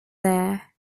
there